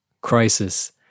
crisis